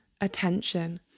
attention